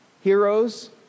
heroes